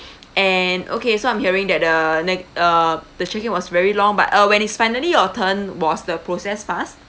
and okay so I'm hearing that the ne~ uh the check-in was very long but uh when is finally your turn was the process fast